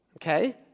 Okay